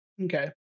Okay